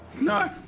No